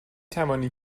توانی